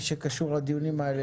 הדיון.